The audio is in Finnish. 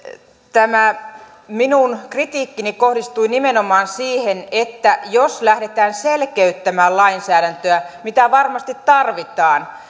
tämä minun kritiikkini kohdistui nimenomaan siihen että vaikka lähdetään selkeyttämään lainsäädäntöä mitä varmasti tarvitaan